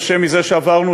קשה מזה שעברנו,